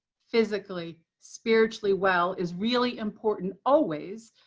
physically, spiritually well is really important always,